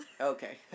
Okay